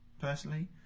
personally